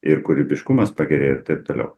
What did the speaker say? ir kūrybiškumas pagerėja ir taip toliau